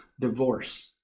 divorce